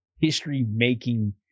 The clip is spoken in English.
history-making